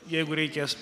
jeigu reikės